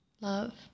love